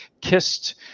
kissed